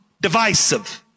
divisive